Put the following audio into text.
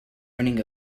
running